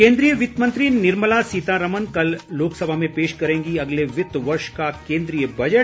केन्द्रीय वित्त मंत्री निर्मला सीतारमन कल लोकसभा में पेश करेंगी अगले वित्त वर्ष का केन्द्रीय बजट